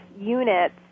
units